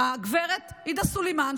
גב' עאידה סלימאן,